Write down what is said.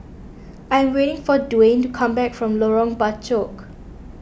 I am waiting for Duwayne to come back from Lorong Bachok